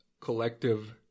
collective